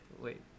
Wait